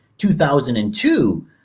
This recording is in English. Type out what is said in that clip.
2002